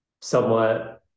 somewhat